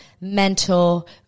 mental